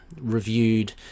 reviewed